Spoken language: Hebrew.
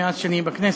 מאז שאני בכנסת,